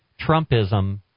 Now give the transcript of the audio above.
Trumpism